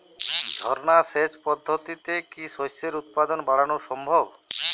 ঝর্না সেচ পদ্ধতিতে কি শস্যের উৎপাদন বাড়ানো সম্ভব?